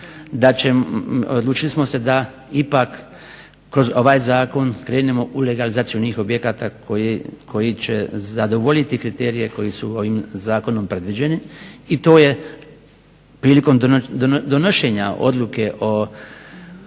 odlučili smo se da ipak kroz ovaj zakon krenemo u legalizaciju onih objekata koji će zadovoljiti kriterije koji su ovih zakonom predviđeni i to je prilikom donošenja odluke o